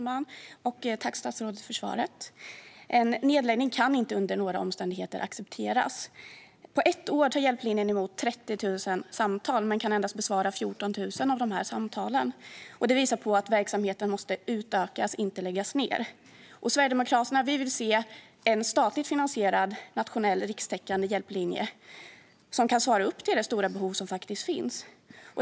Fru talman! Tack, statsrådet, för svaret! En nedläggning kan inte under några omständigheter accepteras. På ett år tar Hjälplinjen emot 30 000 samtal men kan endast besvara 14 000 av dessa. Det visar på att verksamheten måste utökas, och inte läggas ned. Vi sverigedemokrater vill se en statligt finansierad nationell och rikstäckande hjälplinje som kan svara upp till det stora behov som finns.